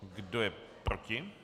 Kdo je proti?